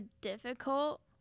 difficult